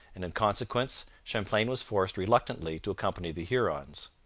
and in consequence champlain was forced reluctantly to accompany the hurons.